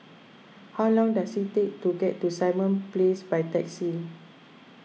how long does it take to get to Simon Place by taxi